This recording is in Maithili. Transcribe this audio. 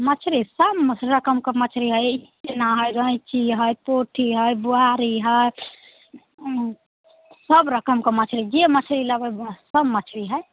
मछरी सब रकमके मछरी हइ इचना हइ रैँची हइ पोठी हइ बुआरी हइ सब रकमके मछरी जे मछरी लेबै सब मछरी हइ